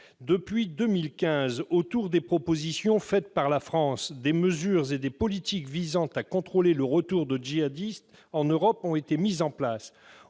Depuis 2015, sur la base des propositions faites par la France, des mesures et des politiques visant à contrôler le retour de djihadistes en Europe ont été mises en place.